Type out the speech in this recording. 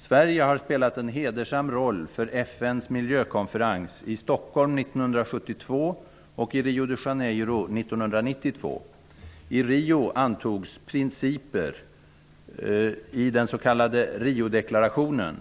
Sverige har spelat en hedersam roll för FN:s miljökonferenser i Stockholm 1972 och i Rio de Riodeklarationen